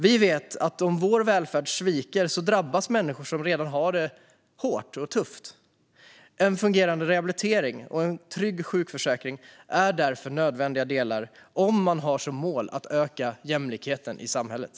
Vi vet att om vår välfärd sviker drabbas människor som redan har det hårt och tufft. En fungerande rehabilitering och en trygg sjukförsäkring är därför nödvändiga delar om man har som mål att öka jämlikheten i samhället.